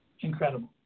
Incredible